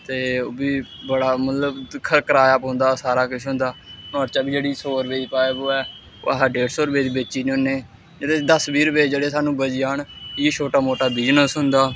ते ओह् बी बड़ा मतलब कराया पौंदा सारा किश होंदा नुहाड़े चा बी जेह्ड़ी सौ रपेऽ दी पाइप होऐ ओह् अस डेढ सौ रपेऽ दी बेची ओड़ने होन्ने जेह्ड़े दस बीह रपेऽ जेह्ड़े सानूं बची जान इ'यै छोटा मोटा बिजनेस होंदा